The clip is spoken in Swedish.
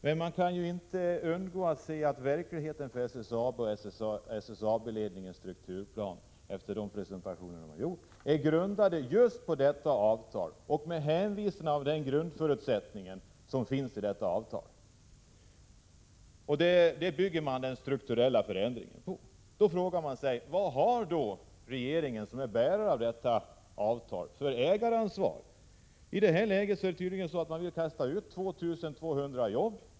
Men man kan inte undgå att se att verkligheten för SSAB och SSAB-ledningens strukturplan, efter de presentationer som har gjorts, är grundad just på detta avtal och upprättad med hänvisning till den grundförutsättning som finns i avtalet. Detta bygger man den strukturella förändringen på. Vad har då regeringen, som är bärare av detta avtal, för ägaransvar? I det här läget vill man tydligen ta bort 2 200 jobb.